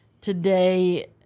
today